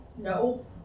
No